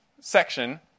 section